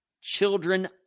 children